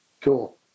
cool